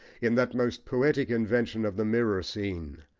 in that most poetic invention of the mirror scene,